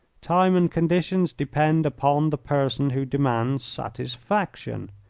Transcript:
time and conditions depend upon the person who demands satisfaction.